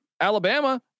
Alabama